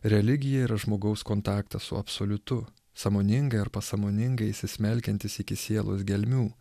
religija yra žmogaus kontaktas su absoliutu sąmoningai ar pasąmoningai įsismelkiantis iki sielos gelmių